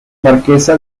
marquesa